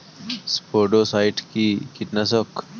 স্পোডোসাইট কি কীটনাশক?